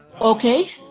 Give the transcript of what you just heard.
Okay